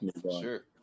Sure